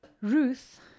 Ruth